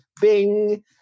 Bing